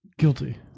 guilty